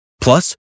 Plus